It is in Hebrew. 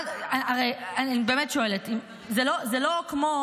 אני באמת שואלת, הרי זה לא כמו